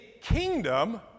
kingdom